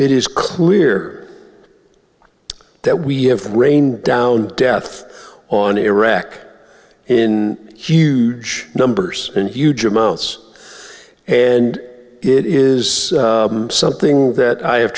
it is clear that we have rained down death on iraq in huge numbers and huge amounts and it is something that i have